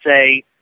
say